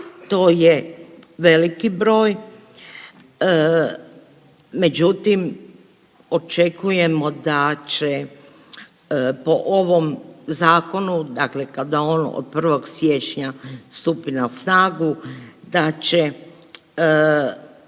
To je veliki broj, međutim očekujemo da će po ovom zakonu dakle kada on od 1. siječnja stupi na snagu da će